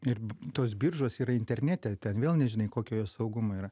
ir tos biržos yra internete ten vėl nežinai kokio jos saugumo yra